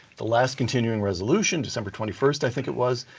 the last continuing resolution, december twenty first i think it was,